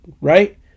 right